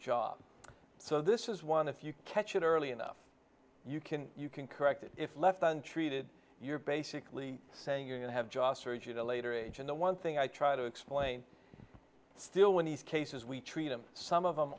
job so this is one if you catch it early enough you can you can correct it if left untreated you're basically saying you're going to have just urge you to later age and the one thing i try to explain still when these cases we treat them some of them